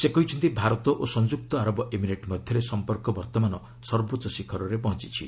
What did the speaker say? ସେ କହିଛନ୍ତି ଭାରତ ଓ ସଂଯୁକ୍ତ ଆରବ ଏମିରେଟ୍ ମଧ୍ୟରେ ସମ୍ପର୍କ ବର୍ତ୍ତମାନ ସର୍ବୋଚ୍ଚ ଶିଖରରେ ପହଞ୍ଚିଛି